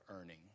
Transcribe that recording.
earning